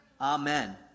Amen